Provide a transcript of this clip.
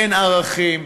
אין ערכים.